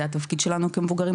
זה התפקיד שלנו כמבוגרים,